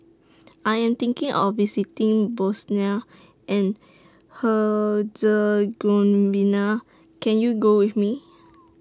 I Am thinking of visiting Bosnia and Herzegovina Can YOU Go with Me